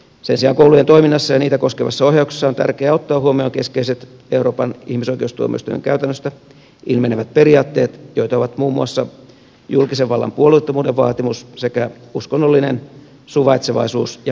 sen sijaan koulujen toiminnassa ja niitä koskevassa ohjauksessa on tärkeää ottaa huomioon keskeiset euroopan ihmisoikeustuomioistuimen käytännöstä ilmenevät periaatteet joita ovat muun muassa julkisen vallan puolueettomuuden vaatimus sekä uskonnollinen suvaitsevaisuus ja moniarvoisuus